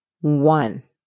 one